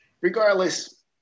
Regardless